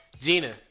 Gina